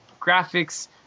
graphics